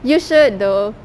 you should though